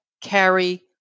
carry